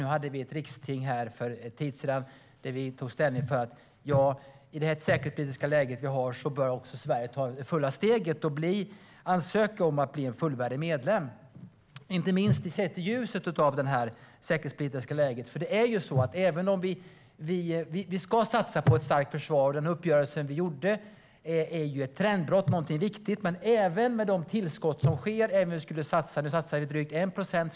Nu hade vi ett riksting för en tid sedan då vi tog ställning för att Sverige i det säkerhetspolitiska läge vi har också bör ta det fulla steget och ansöka om att bli en fullvärdig medlem, inte minst sett i ljuset av det säkerhetspolitiska läget. Vi ska satsa på ett starkt försvar, och överenskommelsen vi gjorde är ett trendbrott och något viktigt. Men även med de tillskott som sker är det för lite. Nu satsar vi drygt 1 procent.